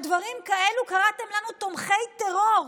על דברים כאלה קראתם לנו "תומכי טרור".